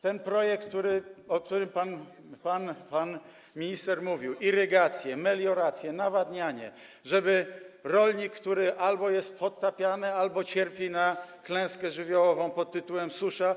Ten projekt, o którym pan minister mówił: irygacje, melioracje, nawadnianie, tak żeby rolnik, który albo jest podtapiany, albo cierpi na klęskę żywiołową pod tytułem susza.